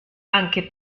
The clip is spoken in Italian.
anche